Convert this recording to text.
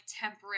temporary